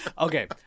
Okay